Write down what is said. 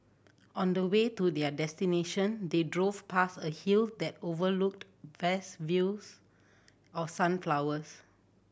on the way to their destination they drove past a hill that overlooked vast fields of sunflowers